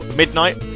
midnight